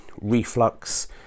reflux